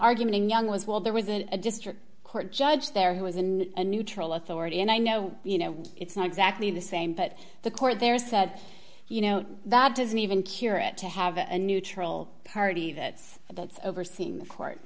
argument in young was well there was a district court judge there who was in a neutral authority and i know you know it's not exactly the same but the court there said you know that doesn't even cure it to have a neutral party that that's overse